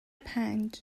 پنج